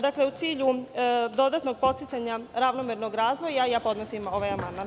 Dakle, u cilju dodatnog podsticanja ravnomernog razvoja ja podnosim ovaj amandman.